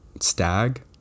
stag